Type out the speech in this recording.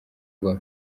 rwa